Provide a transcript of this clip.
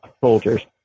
soldiers